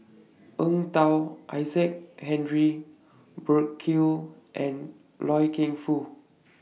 Eng Tow Isaac Henry Burkill and Loy Keng Foo